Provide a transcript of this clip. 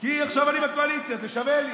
כי עכשיו אני בקואליציה, זה שווה לי.